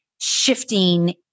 shifting